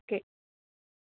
okay